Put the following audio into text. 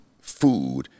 food